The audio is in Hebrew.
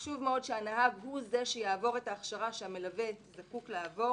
חשוב מאוד שהנהג הוא זה שיעבור את ההכשרה שהמלווה זקוק לעבור